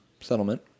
settlement